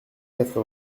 quatre